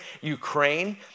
Ukraine